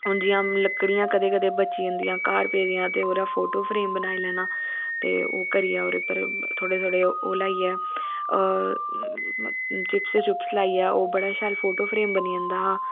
हून जियां लकड़ियां कदें कदें बची जंदियां घर पेदियां ते ओहदा फोटो फ्रेम बनाई लैना ते ओह् करियै ओहदे उपर थोह्डे़ थोह्डे़ ओह् लाइयै चिपस् चिप्स लाइयै ओह् बड़ा शैल फोटो फ्रेम बनी जंदा हा